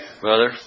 Brother